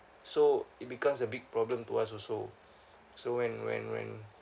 so it becomes a big problem to us also so when when when